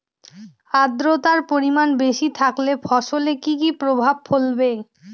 আদ্রর্তার পরিমান বেশি থাকলে ফসলে কি কি প্রভাব ফেলবে?